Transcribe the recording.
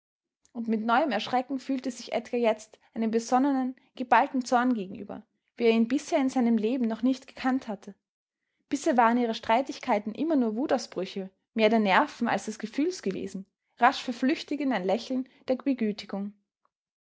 und mit neuem erschrecken fühlte sich edgar jetzt einem besonnenen geballten zorn gegenüber wie er ihn bisher in seinem leben noch nicht gekannt hatte bisher waren ihre streitigkeiten immer nur wutausbrüche mehr der nerven als des gefühls gewesen rasch verflüchtigt in ein lächeln der begütigung